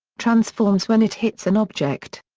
transforms when it hits an object.